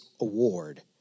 award